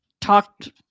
talked